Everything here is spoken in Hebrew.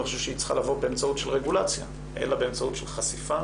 צריכה לבוא באמצעות רגולציה אלא באמצעות חשיפה